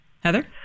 Heather